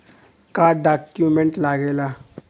का डॉक्यूमेंट लागेला?